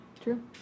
True